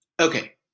Okay